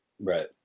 right